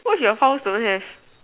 what if your house don't have